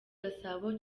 gasabo